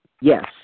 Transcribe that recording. Yes